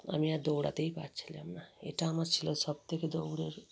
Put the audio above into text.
আমি আর দৌড়াতেই পারছিলাম না এটা আমার ছিল সবথেকে দৌড়ের